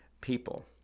people